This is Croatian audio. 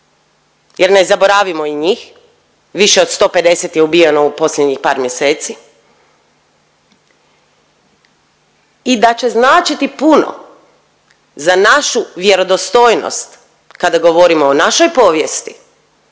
jer ne zaboravimo i njih, više od 150 je ubijeno u posljednjih par mjeseci i da će značiti puno za našu vjerodostojnost kada govorimo o našoj povijesti,